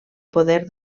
poder